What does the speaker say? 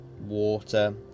water